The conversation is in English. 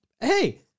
Hey